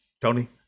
Tony